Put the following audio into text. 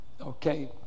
okay